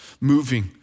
moving